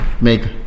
Make